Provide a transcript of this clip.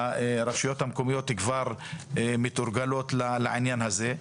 הרשויות המקומיות כבר מתורגלות לעניין הזה.